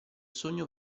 sogno